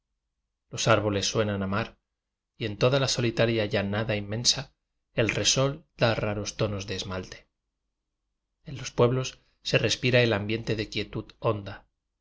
los árboles suenan a mar y en foda la solitaria llanada inmensa el resol da raros tonos de esmalte en los pueblos se respira el am biente de quietud honda